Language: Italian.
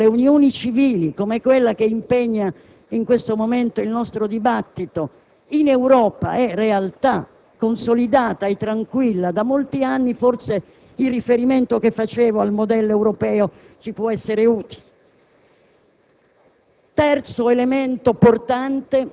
Se pensiamo che una modesta proposta sulle unioni civili, come quella che impegna in questo momento il nostro dibattito in Europa, è realtà consolidata e tranquilla da molti anni, forse il riferimento europeo che facevo al modello europeo ci può essere utile.